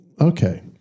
okay